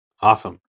Awesome